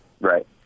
right